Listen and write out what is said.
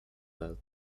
nel